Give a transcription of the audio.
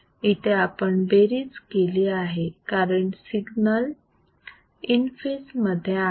इथे आपण बेरीज केली आहे कारण सिग्नल इन फेज मध्ये आहे